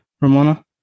Ramona